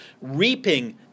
reaping